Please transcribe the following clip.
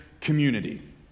community